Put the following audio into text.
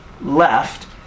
left